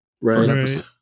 Right